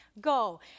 Go